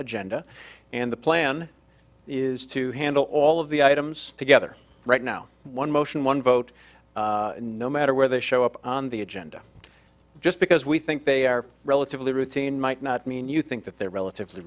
agenda and the plan is to handle all of the items together right now one motion one vote no matter where they show up on the agenda just because we think they are relatively routine might not mean you think that they're relatively